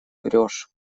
врешь